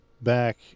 back